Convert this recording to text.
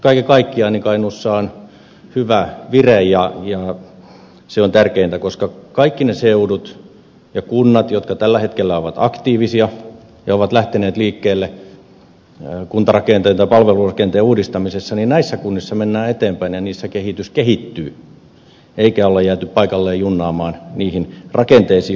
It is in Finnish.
kaiken kaikkiaan kainuussa on hyvä vire ja se on tärkeintä koska kaikilla niillä seuduilla ja niissä kunnissa jotka tällä hetkellä ovat aktiivisia ja ovat lähteneet liikkeelle kuntarakenteen tai palvelurakenteen uudistamisessa mennään eteenpäin ja niissä kehitys kehittyy eikä ole jääty paikalleen junnaamaan niihin rakenteisiin jotka on saavutettu